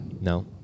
No